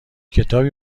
کتابی